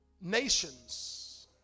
nations